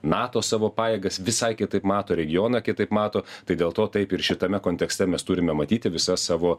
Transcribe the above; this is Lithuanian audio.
nato savo pajėgas visai kitaip mato regioną kitaip mato tai dėl to taip ir šitame kontekste mes turime matyti visas savo